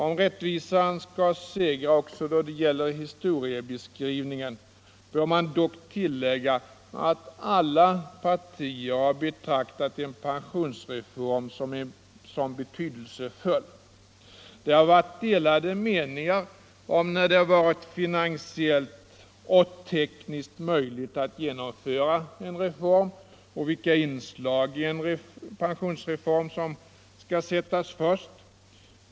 Om rättvisan skall segra också då det gäller historieskrivningen bör man dock tillägga att alla partier har betraktat en pensionsreform som betydelsefull. Det har varit delade meningar om när det varit finansiellt och tekniskt möjligt att genomföra en reform och vilka inslag i en pensionsreform som skall sättas först.